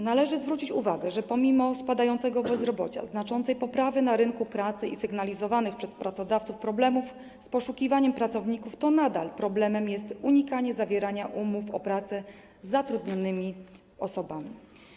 Należy zwrócić uwagę, że pomimo spadającego bezrobocia, znaczącej poprawy na rynku pracy i sygnalizowanych przez pracodawców problemów z poszukiwaniem pracowników problemem nadal jest unikanie zawierania umów o pracę z zatrudnionymi osobami.